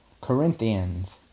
Corinthians